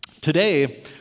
Today